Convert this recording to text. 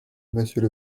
monsieur